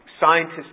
scientists